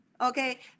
Okay